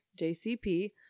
JCP